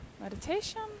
meditation